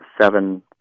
seven